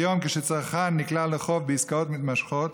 היום, כשצרכן נקלע לחוק בעסקאות מתמשכות